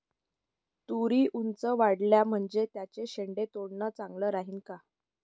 तुरी ऊंच वाढल्या म्हनजे त्याचे शेंडे तोडनं चांगलं राहीन का?